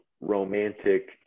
romantic